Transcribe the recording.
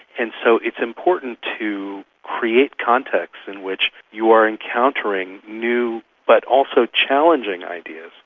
and so it's important to create context in which you are encountering new but also challenging ideas.